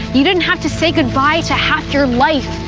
you didn't have to say goodbye to half your life,